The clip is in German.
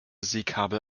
seekabel